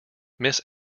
miss